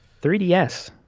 3DS